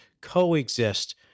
coexist